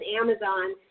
Amazon –